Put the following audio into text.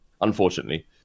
unfortunately